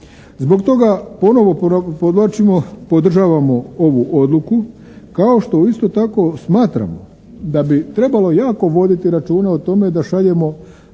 Zbog toga ponovno podvlačimo, podržavamo ovu odluku, kao što isto tako smatramo da bi trebalo jako voditi računa o tome da šaljemo